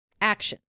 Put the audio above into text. Action